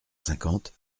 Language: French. cinquante